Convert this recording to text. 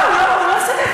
לא, הוא לא שמח.